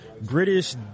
British